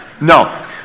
No